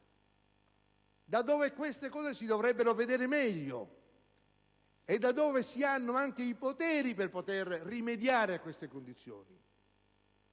da dove queste cose si dovrebbero vedere meglio e da dove si hanno anche i poteri per poter rimediare a queste condizioni.